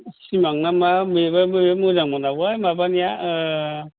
सिमां ना मा बेबो जोबोर माजांमोन आगोल माबानिया